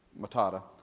Matata